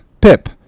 Pip